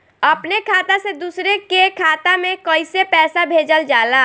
अपने खाता से दूसरे के खाता में कईसे पैसा भेजल जाला?